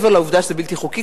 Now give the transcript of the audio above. מעבר לעובדה שזה בלתי חוקי,